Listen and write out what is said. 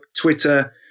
Twitter